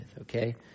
okay